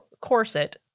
corset